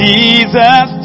Jesus